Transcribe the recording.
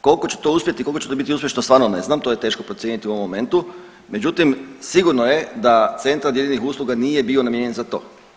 Koliko će to uspjeti i koliko će to biti uspješno, stvarno ne znam, to je teško procijeniti u ovom momentu, međutim, sigurno je da Centar dijeljenih usluga nije bio namijenjen za to.